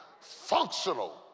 functional